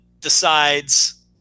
decides